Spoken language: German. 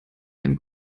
ein